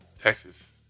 Texas